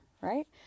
right